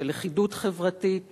של לכידות חברתית